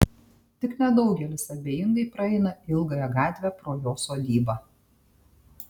tik nedaugelis abejingai praeina ilgąja gatve pro jo sodybą